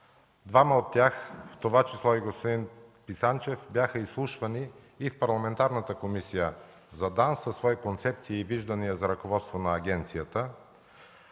Двама от тях, в това число и господин Писанчев, бяха изслушани и в Парламентарната комисия за ДАНС със свои концепции и виждания за ръководство на агенцията.